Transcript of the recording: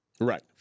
Right